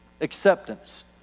Acceptance